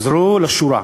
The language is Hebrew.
תחזרו לשורה.